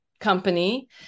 company